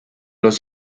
los